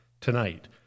tonight